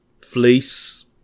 fleece